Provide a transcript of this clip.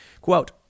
Quote